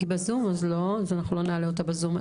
היא בזום, אז לא, אנחנו לא נעלה אותה בזום.